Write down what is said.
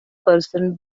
person